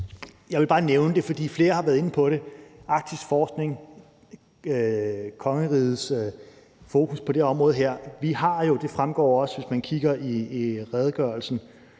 Jeg vil bare nævne det, fordi flere har været inde på Arktisk Forskning og kongerigets fokus på det her område. Det fremgår af redegørelsen,